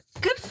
Good